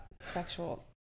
sexual